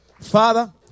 Father